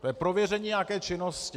To je prověření nějaké činnosti.